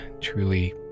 truly